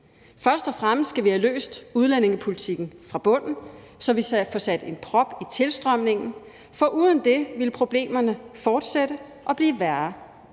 Først og fremmest skal vi have løst udlændingepolitikken fra bunden, så vi får sat en prop i tilstrømningen, for uden det vil problemerne fortsætte og blive værre.